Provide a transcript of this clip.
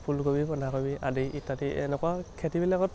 ফুলকবি বন্ধাকবি আদি ইত্যাদি এনেকুৱা খেতিবিলাকত